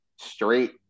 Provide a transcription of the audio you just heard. straight